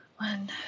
One